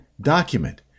document